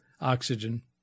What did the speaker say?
Oxygen